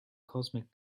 cosmic